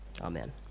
Amen